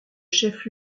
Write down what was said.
chef